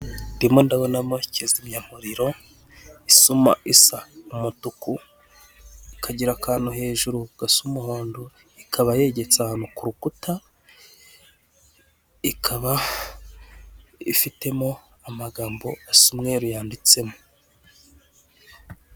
Ndimo ndabonamo kizimyamuriro, isuma isa umutuku, ikagira akantu hejuru gasa umuhondo, ikaba yegetse ahantu ku rukuta, ikaba ifitemo amagambo asa umweru yanditsemo.